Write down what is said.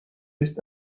ist